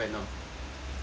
ninety per cent ah